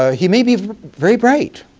ah he may be very bright.